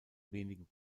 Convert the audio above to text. wenigen